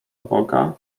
boga